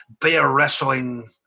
bear-wrestling